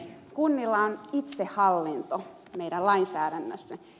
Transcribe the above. kunnilla on itsehallinto meidän lainsäädännössämme